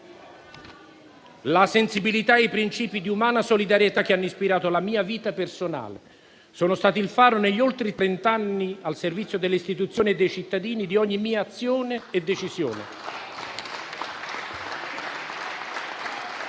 La sensibilità e i principi di umana solidarietà che hanno ispirato la mia vita personale sono stati il faro, negli oltre trent'anni al servizio delle istituzioni e dei cittadini, di ogni mia azione e decisione.